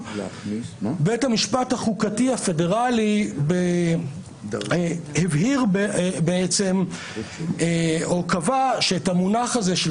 בית המשפט החוקתי הפדרלי הבהיר או קבע שאת המונח הזה של